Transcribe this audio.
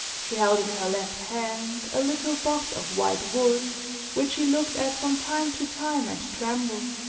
she held in her left hand, a little box of white wood which she looked at from time to time and trembled.